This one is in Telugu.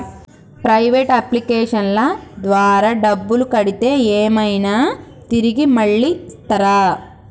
ప్రైవేట్ అప్లికేషన్ల ద్వారా డబ్బులు కడితే ఏమైనా తిరిగి మళ్ళీ ఇస్తరా?